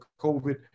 COVID